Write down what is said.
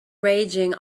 raging